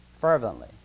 fervently